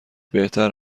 بهتر